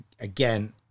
again